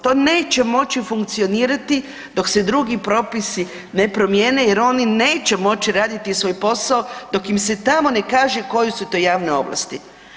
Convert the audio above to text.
To neće moći funkcionirati dok se drugi propisi ne promijene jer oni neće moći raditi svoj posao dok im se tamo ne kaže koje su to javne ovlasti.